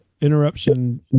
interruption